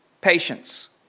patience